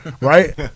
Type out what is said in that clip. right